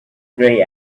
grey